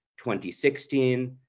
2016